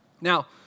Now